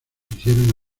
hicieron